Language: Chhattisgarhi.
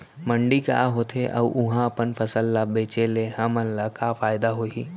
मंडी का होथे अऊ उहा अपन फसल ला बेचे ले हमन ला का फायदा होही?